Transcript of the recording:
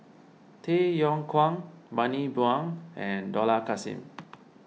Tay Yong Kwang Bani Buang and Dollah Kassim